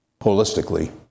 holistically